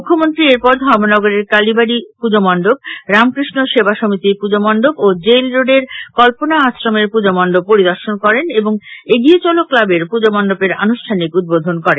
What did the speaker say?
মুখ্যমন্ত্রী এরপর ধর্মনগরের কালিবাড়ি পূজো মন্ডপ রামকৃষ্ণ সেবা সমিতির পূজো মন্ডপ ও জেইল রোডের কল্পনা আশ্রমের পূজো মন্ডপ পরিদর্শন করেন এবং এগিয়ে চলো ক্লাবের পূজো মন্ডপের আনুষ্ঠানিক উদ্বোধন করেন